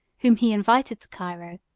whom he invited to cairo,